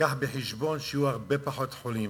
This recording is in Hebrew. שנלקח בחשבון שיהיו הרבה פחות חולים,